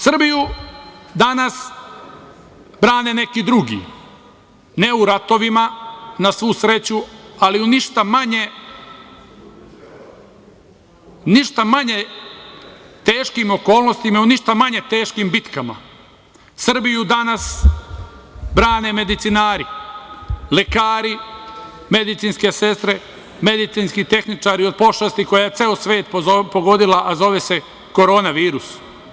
Srbiju danas brane neki drugi, ne u ratovima, na svu sreću, ali u ništa manje teškim okolnostima, u ništa manje teškim bitkama, Srbiju danas brane medicinari, lekari, medicinske sestre, medicinski tehničari od pošasti koja je ceo svet pogodila, a zove se korona virus.